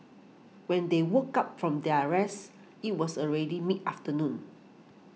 when they woke up from their rest it was already mid afternoon